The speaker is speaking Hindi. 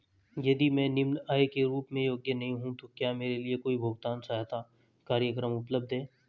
यदि मैं निम्न आय के रूप में योग्य नहीं हूँ तो क्या मेरे लिए कोई भुगतान सहायता कार्यक्रम उपलब्ध है?